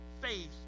faith